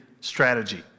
strategy